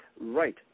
right